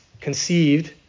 conceived